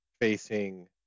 facing